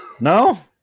No